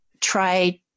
try